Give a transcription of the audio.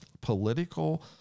political